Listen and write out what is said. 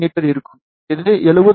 me இருக்கும் இது 70